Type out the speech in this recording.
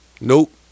Nope